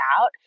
out